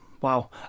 Wow